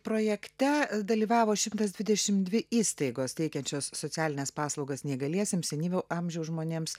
projekte dalyvavo šimtas dvidešim dvi įstaigos teikiančios socialines paslaugas neįgaliesiems senyvo amžiaus žmonėms